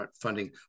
funding